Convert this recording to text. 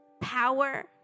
power